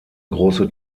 große